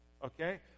Okay